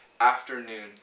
afternoon